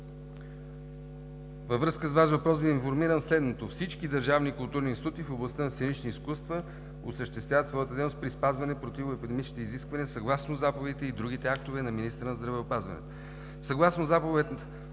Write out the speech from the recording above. Във връзка с Вашия въпрос Ви информирам следното: всички държавни културни институти в областта на сценичните изкуства осъществяват своята дейност при спазване на противоепидемичните изисквания съгласно заповедите и другите актове на министъра на здравеопазването. Съгласно Заповед